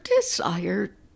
desire